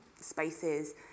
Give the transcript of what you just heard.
spaces